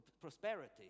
prosperity